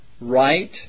right